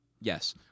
Yes